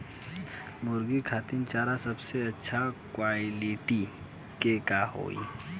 मुर्गी खातिर चारा सबसे अच्छा क्वालिटी के का होई?